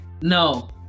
No